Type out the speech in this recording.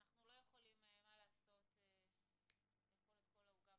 ואנחנו לא יכולים לאכול את כל העוגה,